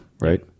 right